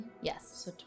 Yes